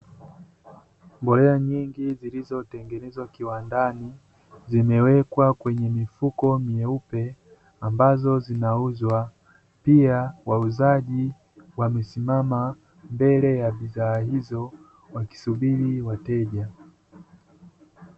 Mbolea nyingi zilizotengenezwa kiwandani, zimewekwa kwenye mifuko meupe ambazo zinauzwa, pia wauzaji wamesimama mbele ya bidhaa hizo wakisubiri wateja.